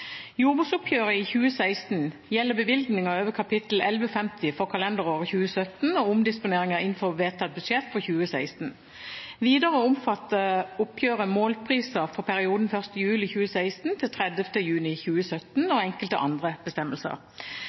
Jordbruksoppgjøret i 2016 gjelder bevilgninger over kapittel 1150 for kalenderåret 2017 og omdisponeringer innenfor vedtatt budsjett for 2016. Videre omfatter oppgjøret målpriser for perioden 1. juli 2016 til 30. juni 2017 og enkelte andre bestemmelser.